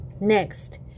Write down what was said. Next